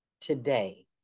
today